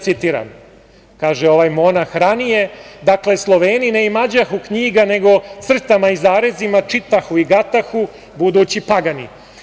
Citiram, kaže ovaj monah ranije: „Sloveni ne imađahu knjiga, nego crtama i zarezima čitahu i gatahu budući Pagani.